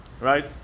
right